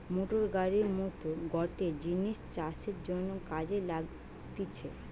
motor গাড়ির মত গটে জিনিস চাষের জন্যে কাজে লাগতিছে